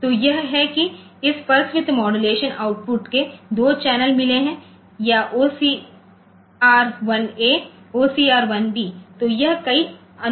तो यह है कि इस पल्स विड्थ मॉडुलेशन आउटपुट के 2 चैनल मिले हैं या ओसीआर 1 ए और ओसीआर 1 बी